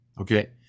Okay